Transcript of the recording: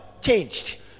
changed